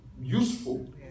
useful